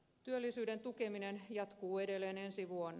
työllisyyden tukeminen jatkuu edelleen ensi vuonna